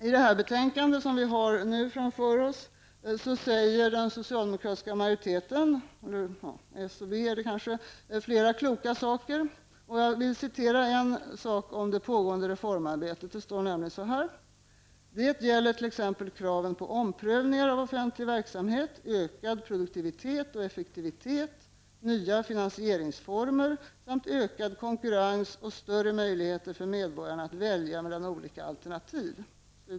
I det här betänkandet säger utskottsmajoriteten, bestående av socialdemokraterna och vänsterpartiet, flera kloka saker. Jag vill citera en sak om det pågående reformarbetet. ''Det gäller t.ex. kraven på omprövningar av offentliga verksamheter, ökad produktivitet och effektivtet, nya finansieringsformer samt ökad konkurrens och större möjligheter för medborgarna att välja mellan olika alternativ.''